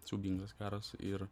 siaubingas karas ir